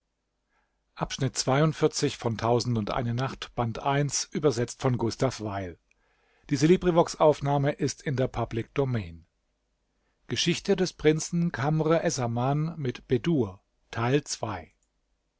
worte des prinzen